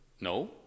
No